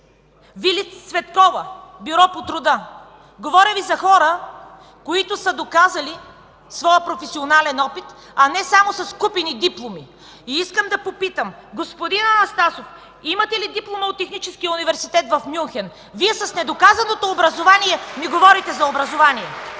Вили Цветкова – „Бюро по труда“? Говоря Ви за хора, които са доказали своя професионален опит, а не само са с купени дипломи. И искам да попитам: господин Анастасов, имате ли диплома от Техническия университет в Мюнхен? Вие – с недоказаното образование, ми говорите за образование?